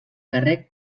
carrer